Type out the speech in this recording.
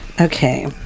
Okay